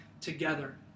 together